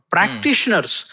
Practitioners